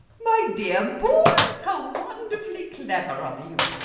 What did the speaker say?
my dear boy, how wonderfully clever of you!